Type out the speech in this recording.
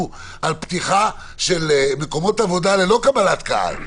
על פתיחה של מקומות עבודה ללא קבלת קהל?